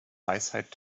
weisheit